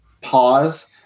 pause